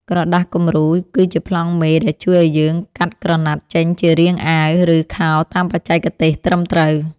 ក្រដាសគំរូ គឺជាប្លង់មេដែលជួយឱ្យយើងកាត់ក្រណាត់ចេញជារាងអាវ ឬខោតាមបច្ចេកទេសត្រឹមត្រូវ។